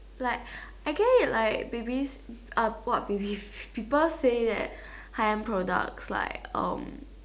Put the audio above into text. like I get it like babies uh what babies people say that high end products like um